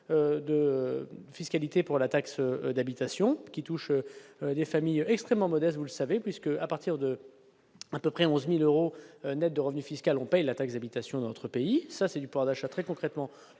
la fiscalité pour la taxe d'habitation qui touche des familles extrêmement modeste, vous le savez puisque, à partir de à peu près 11000 euros nets de revenus fiscal, on paye la taxe d'habitation dans notre pays, ça c'est du pouvoir d'achat très concrètement